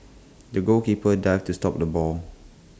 the goalkeeper dived to stop the ball